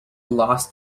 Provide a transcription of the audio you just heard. lost